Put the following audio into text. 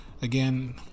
Again